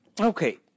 Okay